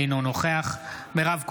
אינו נוכח מירב כהן,